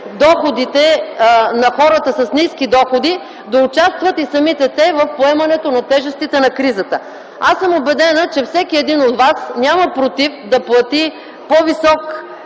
доходите на хората с ниски доходи, да участват и самите те в поемането на тежестите на кризата. Аз съм убедена, че всеки един от вас няма против да плати по-висок